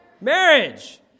Marriage